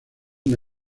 una